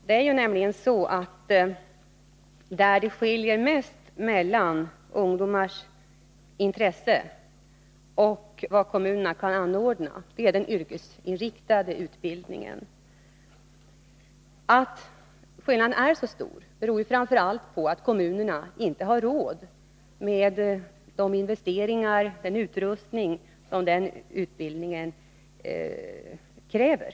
Det är nämligen inom den yrkesinriktade utbildningen som det skiljer mest mellan ungdomarnas intresse och vad kommunerna kan anordna. Att skillnaden där är så stor beror framför allt på att kommunerna inte har råd med de investeringar och den utrustning som denna utbildning kräver.